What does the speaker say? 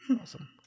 Awesome